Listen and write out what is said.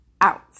out